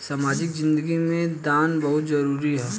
सामाजिक जिंदगी में दान बहुत जरूरी ह